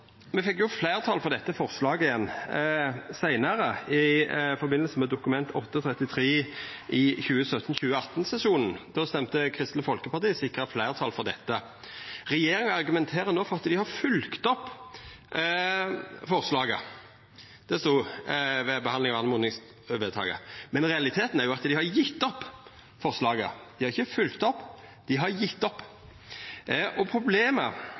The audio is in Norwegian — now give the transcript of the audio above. me fekk fleirtal for dette forslaget seinare, i forbindelse med Dokument 8:33 S for 2017–2018. Då stemte Kristeleg Folkeparti for og sikra fleirtal for dette. Regjeringa argumenterer no for at dei har følgt opp forslaget, det stod ved behandling av oppmodingsvedtaket, men realiteten er at dei har gjeve opp forslaget. Dei har ikkje følgt det opp, dei har gjeve det opp. Problemet